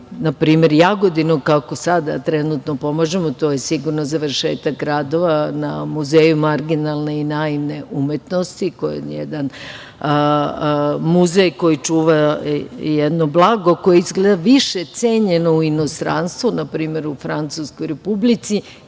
na primer, Jagodinu, kako sada trenutno pomažemo, to je sigurno završetak radova na Muzeju marginalne i naivne umetnosti. To je muzej koji čuva jedno blago koje je više cenjeno u inostranstvu, na primer u Francuskoj,